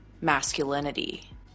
masculinity